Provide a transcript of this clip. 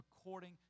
according